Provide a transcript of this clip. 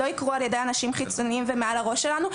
לא יקרו על ידי אנשים חיצוניים ומעל הראש שלנו,